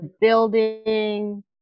building